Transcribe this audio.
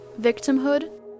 victimhood